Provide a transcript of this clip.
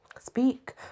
speak